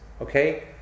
okay